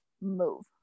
move